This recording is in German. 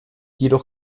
jedoch